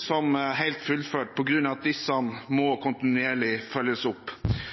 som helt fullført, på grunn av at disse må følges opp